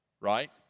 Right